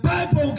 Bible